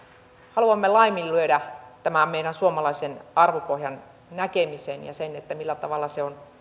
haluamme laiminlyödä tämän meidän suomalaisen arvopohjan näkemisen ja sen millä tavalla se on